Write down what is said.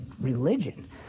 religion